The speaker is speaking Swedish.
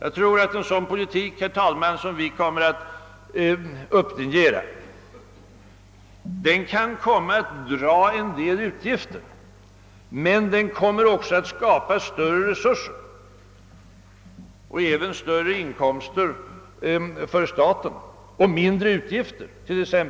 Herr talman, en sådan politik som vi kommer att upplinjera kan komma att medföra en del utgifter, men den kommer också att skapa större resurser och åstadkomma högre inkomster och lägre utgifter för staten.